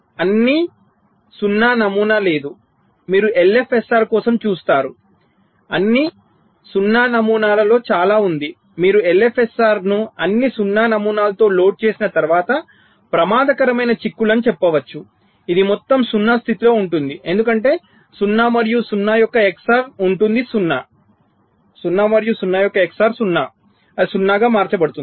అన్ని 0 నమూనా లేదు మీరు LFSR కోసం చూస్తారు అన్ని 0 నమూనాలలో చాలా ఉంది మీరు ఈ LFSR ని అన్ని 0 నమూనాలతో లోడ్ చేసిన తర్వాత ప్రమాదకరమైన చిక్కులను చెప్పవచ్చు ఇది మొత్తం 0 స్థితిలో ఉంటుంది ఎందుకంటే 0 మరియు 0 యొక్క XOR ఉంటుంది 0 0 మార్చబడుతుంది